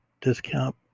discount